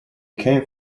came